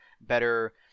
better